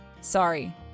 Sorry